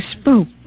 spoke